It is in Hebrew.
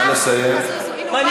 אורן חזן, רק נכנסת ואתה כבר רוצה לצאת?